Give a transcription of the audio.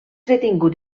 detingut